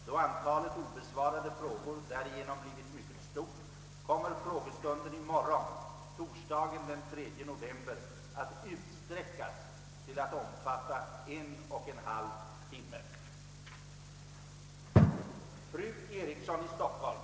Då antalet obesvarade frågor därigenom blivit mycket stort kommer frågestunden i morgon, torsdagen den 3 november, att utsträckas till att omfatta en och en halv timme.